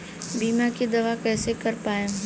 बीमा के दावा कईसे कर पाएम?